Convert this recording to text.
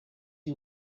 you